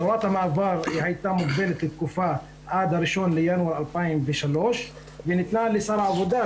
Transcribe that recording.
הוראת המעבר הייתה מוגבלת עד ה-1 בינואר 2003 וניתנה לשר העבודה,